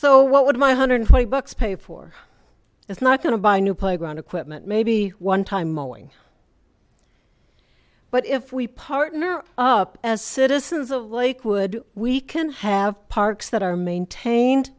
so what would my hundred and forty bucks pay for it's not gonna buy new playground equipment maybe one time mowing but if we partner up as citizens of lakewood we can have parks that are maintained